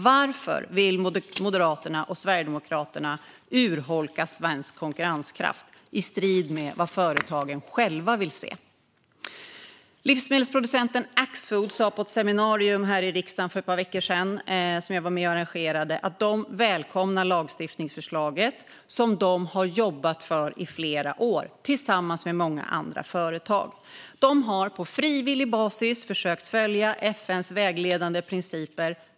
Varför vill Moderaterna och Sverigedemokraterna urholka svensk konkurrenskraft i strid med vad företagen själva vill se? Livsmedelsproducenten Axfood sa på ett seminarium här i riksdagen, som jag var med och arrangerade, för ett par veckor sedan att de välkomnar lagstiftningsförslaget. De har jobbat för det i flera år, tillsammans med många andra företag. De har på frivillig basis försökt följa FN:s vägledande principer.